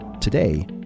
Today